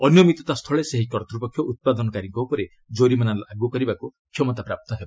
ଅନିୟମିତତା ସ୍ଥଳେ ସେହି କର୍ତ୍ତପକ୍ଷ ଉତ୍ପାଦନକାରୀଙ୍କ ଉପରେ ଜୋରିମାନା ଲାଗୁ କରିବାକୁ କ୍ଷମତାପ୍ରାପ୍ତ ହେବ